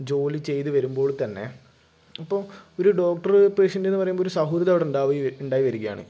ജോലി ചെയ്ത് വരുമ്പോൾ തന്നെ ഇപ്പോൾ ഒരു ഡോക്ടറ് പേഷ്യൻറ്റ്ന്ന് പറയുമ്പോൾ ഒരു സൗഹൃദം അവിടൊണ്ടായി ഉണ്ടായി വരികയാണ്